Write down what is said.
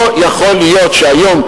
לא יכול להיות שהיום,